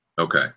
Okay